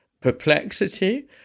perplexity